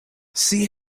see